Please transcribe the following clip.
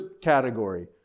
category